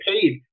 paid